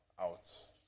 out